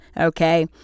okay